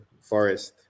Forest